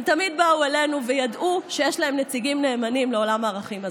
הם תמיד באו אלינו וידעו שיש להם נציגים נאמנים לעולם הערכים הזה.